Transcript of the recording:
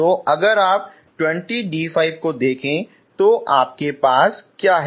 तो अगर आप इस 20d5 को देखें तो आपके पास क्या है